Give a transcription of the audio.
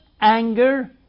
anger